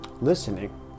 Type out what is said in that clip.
Listening